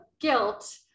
guilt